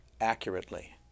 accurately